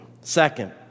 Second